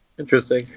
Interesting